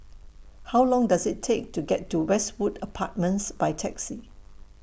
How Long Does IT Take to get to Westwood Apartments By Taxi